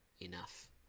enough